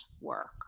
work